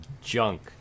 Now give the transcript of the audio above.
junk